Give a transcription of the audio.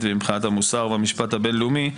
ומבחינת המוסר והמשפט הבין-לאומי.